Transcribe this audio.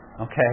Okay